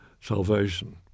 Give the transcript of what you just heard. salvation